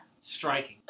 Striking